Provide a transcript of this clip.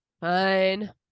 Fine